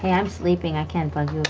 i'm sleeping. i can't bug